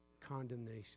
condemnation